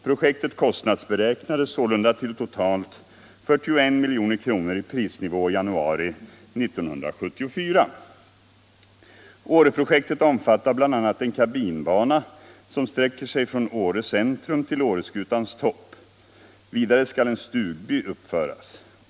Projektet kostnadsberäknades sålunda till totalt 41 milj.kr. i prisnivå januari 1974. Åreprojektet omfattar bl.a. en kabinbana som sträcker sig från Åre centrum till Åreskutans topp. Vidare skall en stugby uppföras.